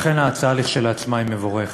לכן ההצעה כשלעצמה היא מבורכת,